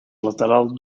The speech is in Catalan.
lateral